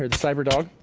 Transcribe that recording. and cyber dog,